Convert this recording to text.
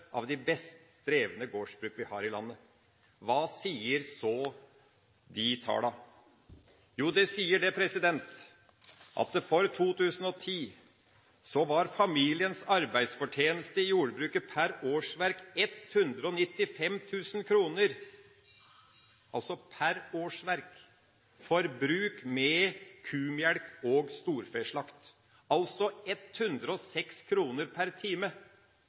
av de best drevne gårdsbruk vi har her i landet. Hva sier så de tallene? Jo, de sier at for 2010 var familiens arbeidsfortjeneste i jordbruket per årsverk 195 000 kr, altså per årsverk, for bruk med kumelk og storfeslakt, altså 106 kr per time.